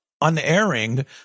unerring